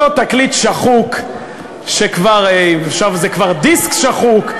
אותו תקליט שחוק, שכבר, עכשיו זה כבר דיסק שחוק.